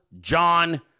John